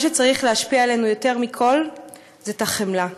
מה שצריך להשפיע עלינו יותר מכול זה החמלה.